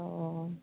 অঁ